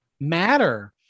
matter